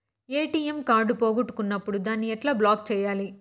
ATM card పోగొట్టుకున్నప్పుడు దాన్ని ఎట్లా బ్లాక్ సేయాలి